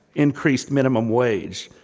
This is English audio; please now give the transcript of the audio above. increased minimum wage,